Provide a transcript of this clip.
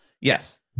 yes